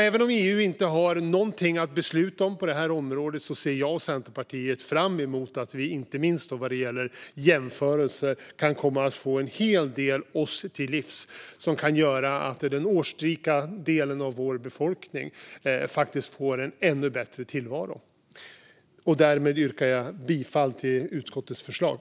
Även om EU inte har någonting att besluta om på det här området ser jag och Centerpartiet fram emot att vi inte minst genom jämförelser kan få oss en hel del till livs. Det kan göra att den årsrika delen av vår befolkning får en ännu bättre tillvaro. Jag yrkar bifall till utskottets förslag.